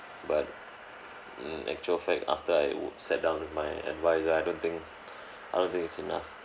but in actual fact after I wou~ sat down with my adviser I don't think I don't think it's enough